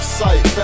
sight